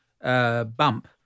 Bump